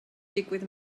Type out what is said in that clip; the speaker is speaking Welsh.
digwydd